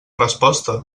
resposta